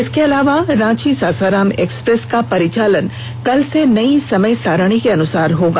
इसके अलावा रांची सासाराम एक्सप्रेस का परिचालन कल से नई समय सारणी के अनुसार होगा